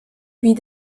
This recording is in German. wie